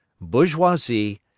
bourgeoisie